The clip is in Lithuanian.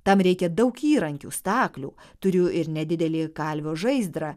tam reikia daug įrankių staklių turiu ir nedidelį kalvio žaizdrą